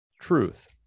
truth